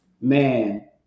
man